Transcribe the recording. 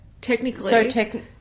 technically